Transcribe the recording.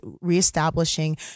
reestablishing